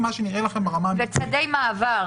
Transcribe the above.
מעבר.